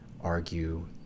argue